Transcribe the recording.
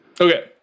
Okay